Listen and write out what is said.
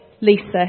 Lisa